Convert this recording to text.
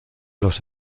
los